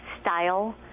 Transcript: style